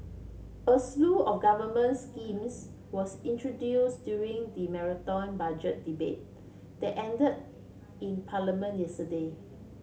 a slew of government schemes was introduce during the Marathon Budget Debate that ended in Parliament yesterday